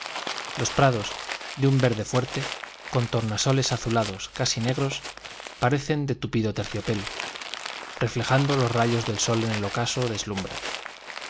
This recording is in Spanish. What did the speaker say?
los prados de un verde fuerte con tornasoles azulados casi negros parecen de tupido terciopelo reflejando los rayos del sol en el ocaso deslumbran